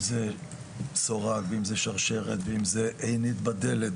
אם זה סורג, ואם זו שרשרת, ואם זו עינית בדלת,